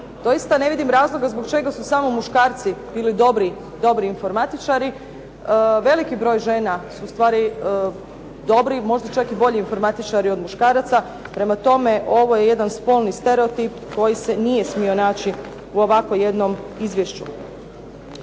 Doista ne vidim razloga zbog čega su samo muškarci bili dobri informatičari. Veliki broj žena su ustvari dobri možda čak i bolji informatičari od muškaraca, prema tome ovo je jedan spolni stereotip koji se nije smio naći u ovako jednom izvješću.